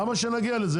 למה שלא נגיע לזה,